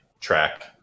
track